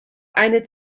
eine